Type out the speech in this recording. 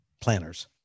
planners